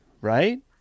right